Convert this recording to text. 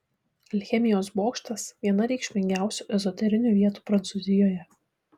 alchemijos bokštas viena reikšmingiausių ezoterinių vietų prancūzijoje